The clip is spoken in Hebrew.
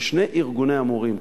כששני ארגוני המורים,